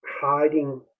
hiding